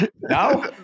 No